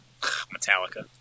Metallica